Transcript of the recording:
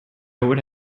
would